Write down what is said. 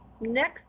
Next